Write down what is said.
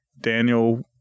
Daniel